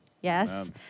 Yes